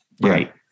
right